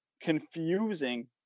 confusing